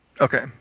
Okay